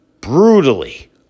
brutally